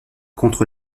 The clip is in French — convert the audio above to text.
contre